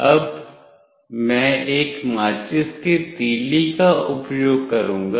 अब मैं एक माचिस की तीली का उपयोग करूंगा